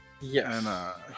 Yes